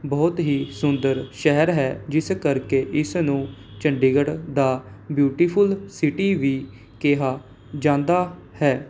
ਬਹੁਤ ਹੀ ਸੁੰਦਰ ਸ਼ਹਿਰ ਹੈ ਜਿਸ ਕਰ ਕੇ ਇਸ ਨੂੰ ਚੰਡੀਗੜ੍ਹ ਦਾ ਬਿਊਟੀਫੁੱਲ ਸਿਟੀ ਵੀ ਕਿਹਾ ਜਾਂਦਾ ਹੈ